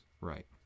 Right